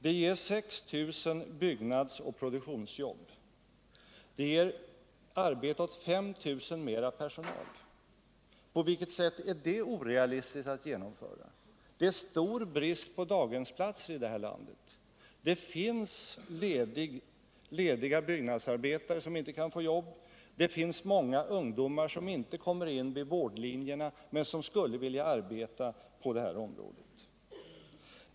Det ger 6 000 byggnadsoch produktionsjobb, det ger arbete åt 5 000 fler i barnstugorna. På vilket sätt är det orealistiskt? Det är stor brist på daghemsplatser i landet. Det finns lediga byggnadsarbetare som inte kan få jobb. Det finns många ungdomar som inte kommer in vid vårdlinjerna, men som skulle vilja arbeta på det här området.